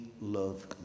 love